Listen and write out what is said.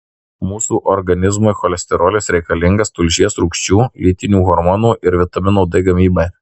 mūsų organizmui cholesterolis reikalingas tulžies rūgščių lytinių hormonų ir vitamino d gamybai